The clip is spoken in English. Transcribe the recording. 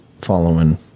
following